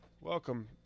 Welcome